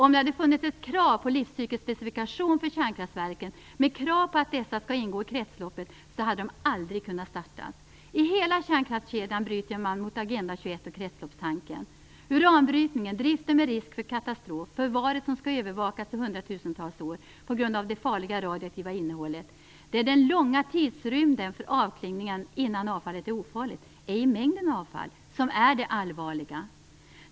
Om det hade funnits ett krav på livscykelspecifikation för kärnkraftverken och krav på att dessa skall ingå i kretsloppet, så hade de aldrig kunnat startats. I hela kärnkraftskedjan bryter man mot Agenda 21 och kretsloppstanken - uranbrytningen, driften med risk för katastrof, förvaret som skall övervakas i hundratusentals år på grund av det farliga radioaktiva innehållet. Det är den långa tidsrymden för avklingningen innan avfallet är ofarligt - ej mängden av avfall - som är det allvarliga.